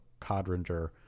Codringer